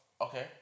Okay